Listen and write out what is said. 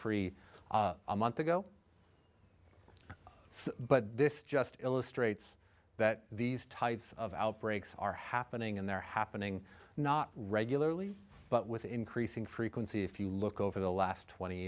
free a month ago but this just illustrates that these types of outbreaks are happening and they're happening not regularly but with increasing frequency if you look over the last twenty